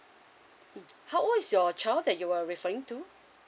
mm how old is your child that you were referring to